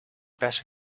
better